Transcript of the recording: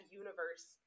universe